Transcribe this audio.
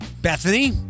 Bethany